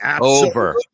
Over